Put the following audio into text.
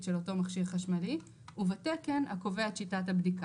של אותו מכשיר חשמלי ובתקן הקובע את שיטת הבדיקה".